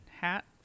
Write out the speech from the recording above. hat